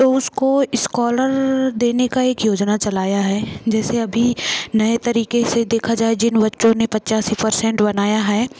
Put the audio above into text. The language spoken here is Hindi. तो उसको इस्कॉलर देने का एक योजना चलाया है जैसे अभी नए तरीक़े से देखा जाए जिन बच्चों ने पचसी परसेंट बनाया है